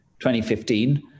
2015